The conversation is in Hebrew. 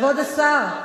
כבוד השר,